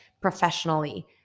professionally